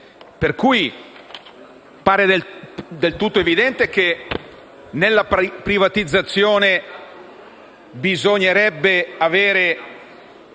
pertanto del tutto evidente che nella privatizzazione bisognerebbe avere